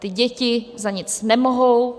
Ty děti za nic nemohou.